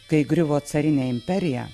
kai griuvo carinė imperija